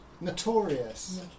Notorious